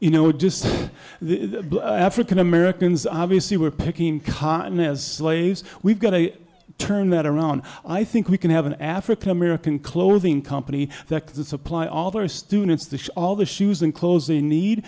you know just the african americans obviously were picking cotton as plays we've got to turn that around i think we can have an african american clothing company that supply all the students the shawl the shoes and clothes they need